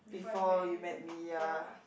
before you met me ya